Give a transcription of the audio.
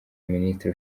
minisitiri